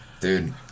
Dude